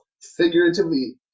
figuratively